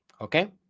Okay